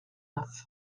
neuf